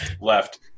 left